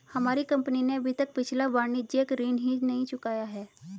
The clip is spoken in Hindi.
हमारी कंपनी ने अभी तक पिछला वाणिज्यिक ऋण ही नहीं चुकाया है